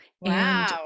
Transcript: Wow